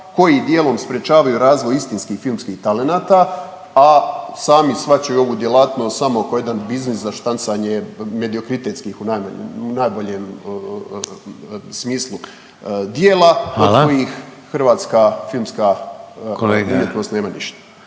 koji dijelom sprječavaju razvoj istinskih filmskih talenata, a sami shvaćaju ovu djelatnost samo kao jedan biznis za štancanje mediokritetskih u najboljem smislu djela …/Upadica Reiner: Hvala./… od